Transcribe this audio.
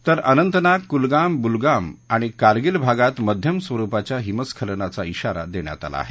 तर अनंतनाग कुलगाम बुडगाम आणि कारगिल भागात मध्यम स्वरुपाच्या हिमस्खलनाचा ध्वारा देण्यात आला आहे